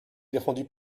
défendue